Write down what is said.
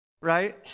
Right